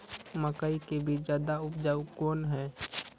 मकई के बीज ज्यादा उपजाऊ कौन है?